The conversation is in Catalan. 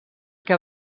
què